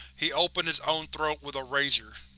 he opened his own throat with a razor.